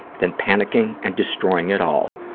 then panicking and destroying it all,